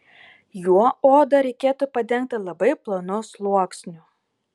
juo odą reikėtų padengti labai plonu sluoksniu